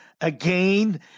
again